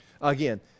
Again